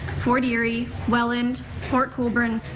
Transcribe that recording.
fort eerie, welland, port colborne,